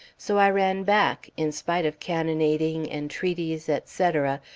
so i ran back, in spite of cannonading, entreaties, etc,